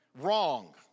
wrong